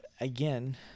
Again